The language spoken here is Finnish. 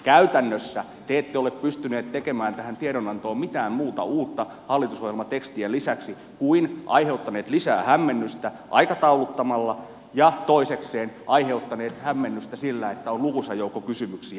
käytännössä te ette ole pystyneet tekemään tähän tiedonantoon mitään muuta uutta hallitusohjelmatekstien lisäksi kuin aiheuttaneet lisää hämmennystä aikatauluttamalla ja toisekseen aiheuttaneet hämmennystä sillä että on lukuisa joukko kysymyksiä